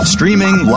Streaming